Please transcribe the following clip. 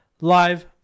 live